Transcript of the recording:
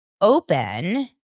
open